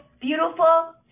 beautiful